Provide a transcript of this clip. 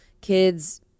kids